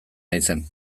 naizen